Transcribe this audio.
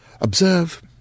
Observe